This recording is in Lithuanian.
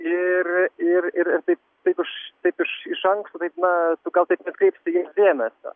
ir ir ir ir taip taip iš taip iš iš anksto taip na tu gal taip neatkreipsi į jas dėmesio